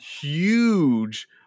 huge